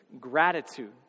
gratitude